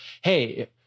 hey